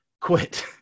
quit